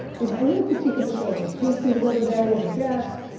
is i need a critique of the show. we had casey the other day as a guest.